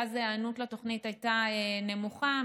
ואז ההיענות לתוכנית הייתה נמוכה,